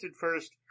first